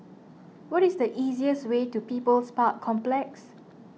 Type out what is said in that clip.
what is the easiest way to People's Park Complex